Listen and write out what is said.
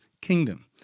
kingdom